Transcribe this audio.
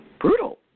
brutal